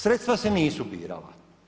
Sredstva se nisu birala.